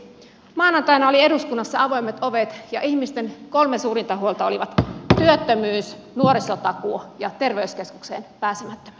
maanantaina oli eduskunnassa avoimet ovet ja ihmisten kolme suurinta huolta olivat työttömyys nuorisotakuu ja terveyskeskukseen pääsemättömyys